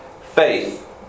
faith